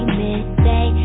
midday